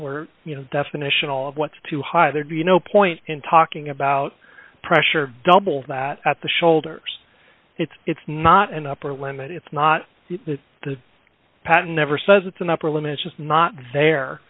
were you know definitional of what's too high there'd be no point in talking about pressure double that at the shoulders it's it's not an upper limit it's not the patten never says it's an upper limb is just not there